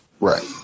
Right